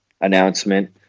announcement